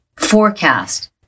forecast